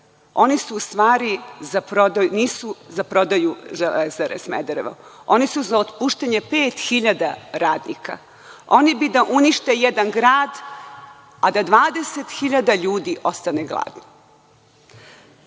Oni nisu za prodaju „Železare Smederevo“. Oni su za otpuštanje pet hiljada radnika. Oni bi da unište jedan grad, a da 20.000 ljudi ostane gladno.